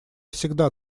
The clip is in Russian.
всегда